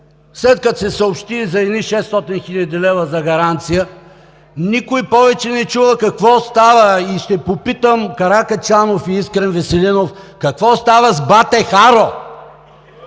след като се съобщи за едни 600 хил. лв. за гаранция, никой повече не чу какво става, и ще попитам Каракачанов и Искрен Веселинов: какво става с Бате Харо?